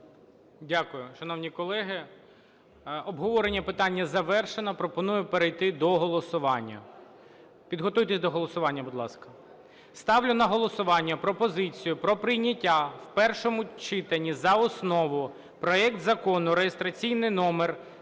Дякую. Шановні колеги, обговорення питання завершено. Пропоную перейти до голосування. Підготуйтесь до голосування, будь ласка. Ставлю на голосування пропозицію про прийняття в першому читанні за основу проект Закону (реєстраційний номер